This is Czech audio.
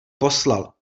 poslal